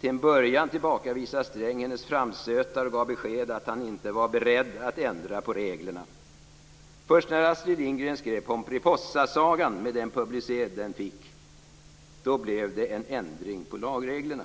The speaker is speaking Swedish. Till en början tillbakavisade Sträng hennes framstötar och gav besked att han inte var beredd att ändra på reglerna. Först när Astrid Lindgren skrev Pomperipossasagan, med den publicitet den fick, blev det en ändring på lagreglerna.